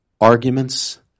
arguments